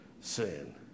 sin